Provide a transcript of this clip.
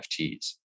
NFTs